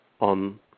on